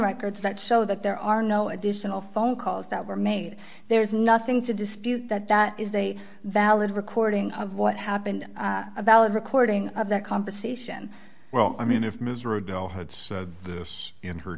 records that show that there are no additional phone calls that were made there's nothing to dispute that that is a valid recording of what happened about the recording of that conversation well i mean if ms rodel had said this in her